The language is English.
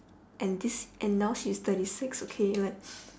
and this and now she's thirty six okay like